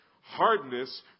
Hardness